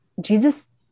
Jesus